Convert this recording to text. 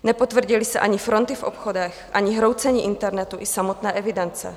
Nepotvrdily se ani fronty v obchodech, ani hroucení internetu i samotné evidence.